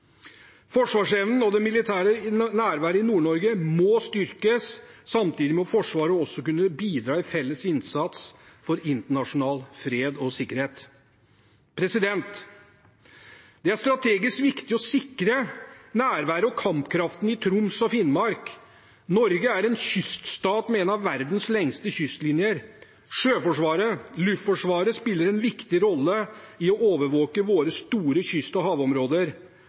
Forsvarsevnen og det militære nærværet i Nord-Norge må styrkes. Samtidig må Forsvaret også kunne bidra i felles innsats for internasjonal fred og sikkerhet. Det er strategisk viktig å sikre nærværet og kampkraften i Troms og Finnmark. Norge er en kyststat med en av verdens lengste kystlinjer. Sjøforsvaret og Luftforsvaret spiller en viktig rolle i å overvåke våre store kyst- og havområder.